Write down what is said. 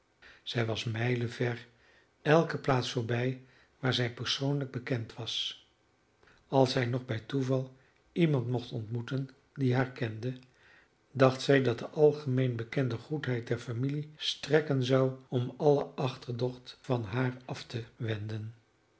zij was mijlen ver elke plaats voorbij waar zij persoonlijk bekend was als zij nog bij toeval iemand mocht ontmoeten die haar kende dacht zij dat de algemeen bekende goedheid der familie strekken zou om alle achterdocht van haar af te wenden